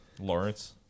Lawrence